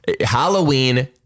Halloween